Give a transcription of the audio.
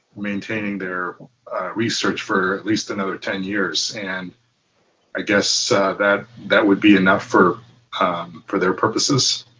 maintaining their research for at least another ten years and i guess that that would be enough for um for their purposes